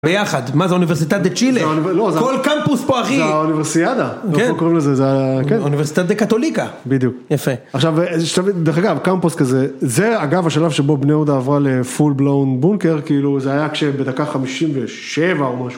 ביחד. מה זה אוניברסיטת דה צ'ילה? לא, זה ה... כל קמפוס פה אחי. זה האוניברסיאדה, אנחנו קוראים לזה. זה ה.. כן. אוניברסיטת דה קתוליקה, בדיוק. יפה. עכשיו שתבין, דרך אגב, קמפוס כזה, זה אגב השלב שבו בני יהודה עברה לפול בלואון בונקר כאילו, זה היה כשבדקה 57 או משהו...